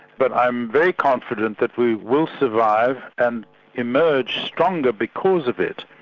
but i'm very confident that we will survive, and emerge stronger because of it.